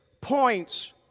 points